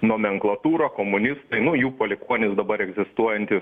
nomenklatūra komunistai nu jų palikuonys dabar egzistuojantys